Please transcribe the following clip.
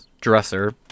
dresser